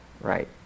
Right